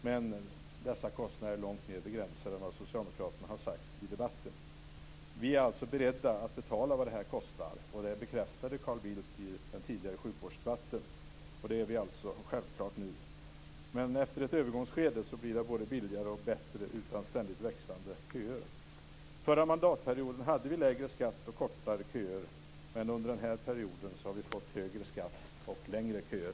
Men dessa kostnader är långt mer begränsade än vad socialdemokraterna har sagt i debatten. Vi är alltså beredda att betala vad detta kostar. Det bekräftade Carl Bildt i den tidigare sjukvårdsdebatten. Men efter ett övergångsskede blir det både billigare och bättre utan ständigt växande köer. Under den förra mandatperioden hade vi lägre skatt och kortare köer. Men under denna mandatperiod har vi fått högre skatt och längre köer.